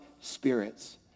spirits